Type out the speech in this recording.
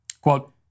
Quote